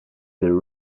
the